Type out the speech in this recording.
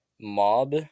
mob